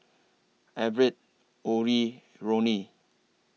Everette Orrie Roni